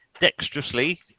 dexterously